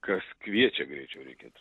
kas kviečia greičiau reikėtų